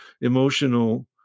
emotional